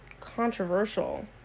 controversial